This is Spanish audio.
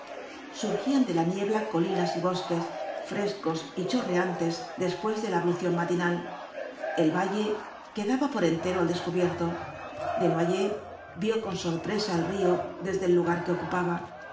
surgían de la niebla colinas y bosques frescos y chorreantes después de la ablución matinal el valle quedaba por entero al descubierto desnoyers vio con sorpresa el río desde el lugar que ocupaba